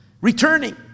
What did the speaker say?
returning